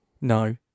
No